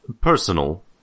personal